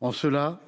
En cela,